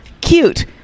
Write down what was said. cute